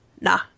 nah